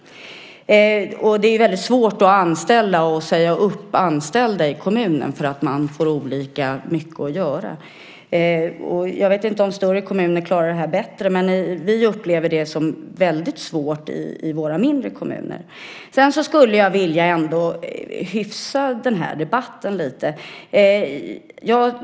Det är väldigt svårt att anställa och sedan säga upp anställda i kommunen beroende på att man har olika mycket att göra. Jag vet inte om större kommuner klarar detta bättre. Men vi upplever det som väldigt svårt i våra mindre kommuner. Sedan skulle jag vilja hyfsa den här debatten lite grann.